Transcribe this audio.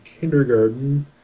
kindergarten